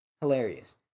hilarious